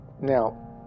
Now